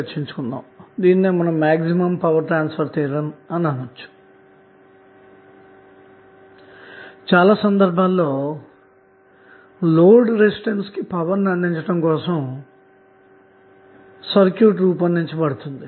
చాలా సందర్భాల్లో లోడ్ కి పవర్ ని అందించటం కొరకు సర్క్యూట్ రూపొందించబడుతుంది